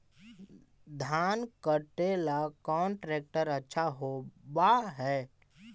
धान कटे ला कौन ट्रैक्टर अच्छा होबा है?